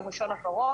יום ראשון הקרוב,